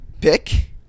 pick